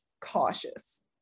Cautious